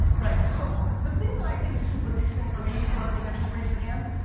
right so the thing that i think is super interesting for me, for everybody that just raised your hands,